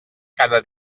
cada